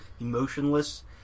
emotionless